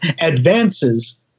advances